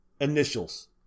initials